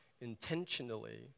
intentionally